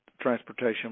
transportation